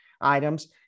items